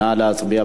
נא להצביע.